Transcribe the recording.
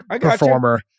performer